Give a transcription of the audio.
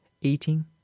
eating